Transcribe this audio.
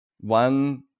one